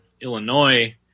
Illinois